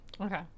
Okay